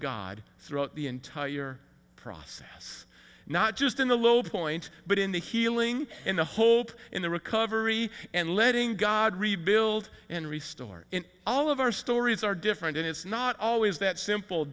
god throughout the entire process not just in the low point but in the healing in the whole in the recovery and letting god rebuild and restart and all of our stories are different and it's not always that simple